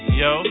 yo